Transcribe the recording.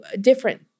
different